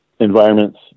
environments